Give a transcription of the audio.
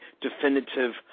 definitive